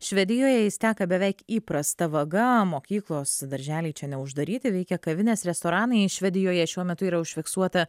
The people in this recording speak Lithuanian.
švedijoje jis teka beveik įprasta vaga mokyklos darželiai čia neuždaryti veikia kavinės restoranai švedijoje šiuo metu yra užfiksuota